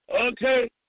Okay